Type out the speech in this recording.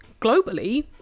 globally